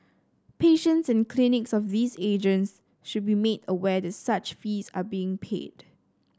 patients and clients of these agents should be made aware that such fees are being paid